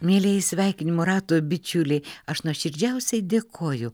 mielieji sveikinimų rato bičiuliai aš nuoširdžiausiai dėkoju